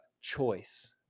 Choice